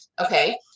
Okay